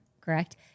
Correct